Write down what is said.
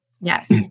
Yes